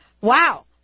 wow